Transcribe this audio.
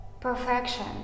perfection